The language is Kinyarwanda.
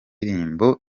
ndirimbo